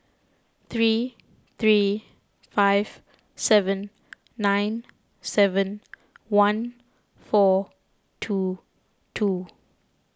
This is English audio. three three five seven nine seven one four two two